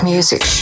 Music